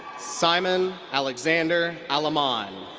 simon alexander aleman.